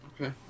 Okay